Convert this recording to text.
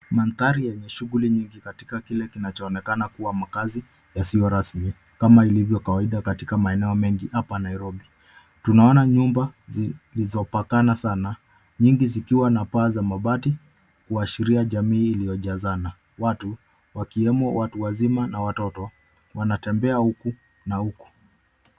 Mandhari yenye shughuli nyingi katika kile kinachoonekana kuwa makazi yasiyo rasmi kama ilivyo kawaida katika maeneo mengi hapa Nairobi. Tunaona nyumba zilizopakana sana nyingi zikiwa na paa za mabati kuashiria jamii iliyojazana. Watu wakiwemo watu wazima na watoto wanatembea huku na huku.